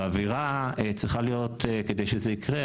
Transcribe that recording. והאווירה צריכה להיות כדי שיקרה,